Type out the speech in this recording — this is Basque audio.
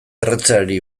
erretzeari